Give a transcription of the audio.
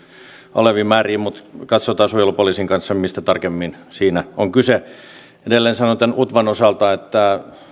oleviin määriin mutta katsotaan suojelupoliisin kanssa mistä tarkemmin siinä on kyse edelleen sanon tämän utvan osalta että